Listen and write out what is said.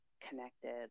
connected